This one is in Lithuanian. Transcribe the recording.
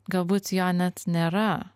galbūt jo net nėra